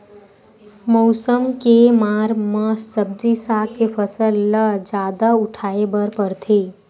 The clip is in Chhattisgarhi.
मउसम के मार म सब्जी साग के फसल ल जादा उठाए बर परथे